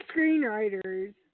screenwriters